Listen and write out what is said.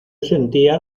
sentía